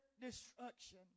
destruction